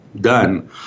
done